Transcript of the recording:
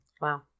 Wow